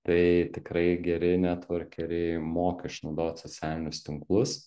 tai tikrai geri netvorkeriai moka išnaudot socialinius tinklus